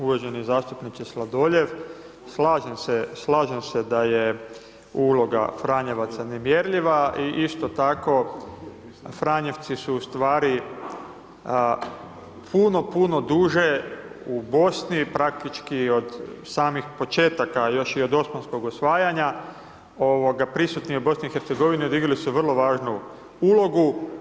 Uvaženi zastupniče Sladoljev, slažem se da je uloga franjevaca nemjerljiva i isto tako franjevci su ustvari puno puno duže u Bosne, praktički od samih početaka još i od Osmanskog osvajanja, prisutni u BIH i odigrali su vrlo važnu ulogu.